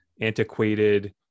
antiquated